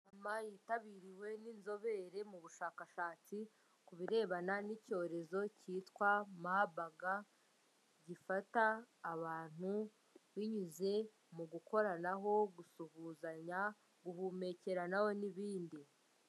Inama yitabiriwe n'inzobere mu bushakashatsi ku birebana n'icyorezo cyitwa mabaga gifata abantu binyuze mu gukoranaho, gusuhuzanya, guhumekeranaho n'ibindi.